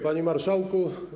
Panie Marszałku!